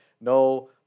no